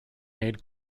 made